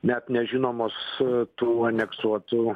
net nežinomos tų aneksuotų